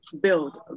build